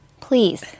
please